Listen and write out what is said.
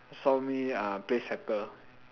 saw me uh play setter